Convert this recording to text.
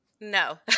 No